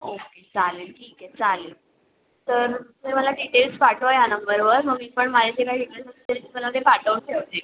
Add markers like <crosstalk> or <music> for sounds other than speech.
okay चालेल ठीक आहे चालेल तर तुम्ही मला डिटेल्स पाठवा या नंबरवर मग मी पण <unintelligible> तुम्हाला ते पाठवते <unintelligible>